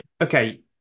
okay